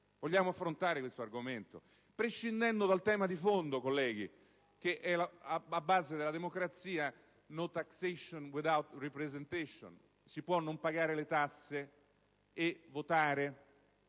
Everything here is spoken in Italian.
Vogliamo affrontare questo argomento? Prescindiamo, però, dal tema di fondo, colleghi, che è alla base della democrazia, ossia *no taxation without representation*. Si può non pagare le tasse e votare?